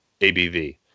ABV